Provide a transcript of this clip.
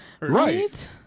Right